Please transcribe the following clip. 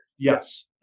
Yes